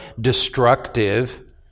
destructive